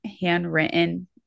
handwritten